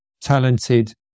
talented